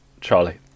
Charlie